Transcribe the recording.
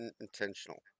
intentional